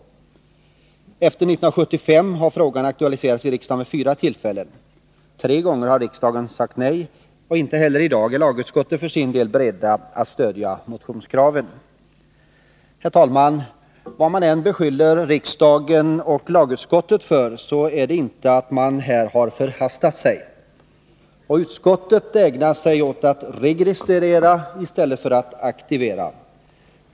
Efter 1975 har frågan aktualiserats i riksdagen vid fyra tillfällen. Tre gånger har riksdagen sagt nej, och inte heller i dag är lagutskottet för sin del berett att stödja motionskraven. Herr talman! Vad man än beskyller riksdagen och lagutskottet för, så inte kan det vara att man här har förhastat sig. Utskottet ägnar sig åt att registrera istället för att aktivera.